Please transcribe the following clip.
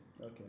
Okay